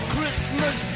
Christmas